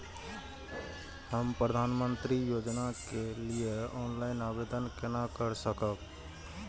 हम प्रधानमंत्री योजना के लिए ऑनलाइन आवेदन केना कर सकब?